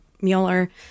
Mueller